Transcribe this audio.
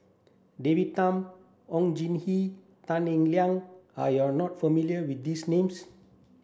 David Tham Oon Jin Gee Tan Eng Liang are you are not familiar with these names